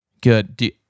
Good